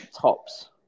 tops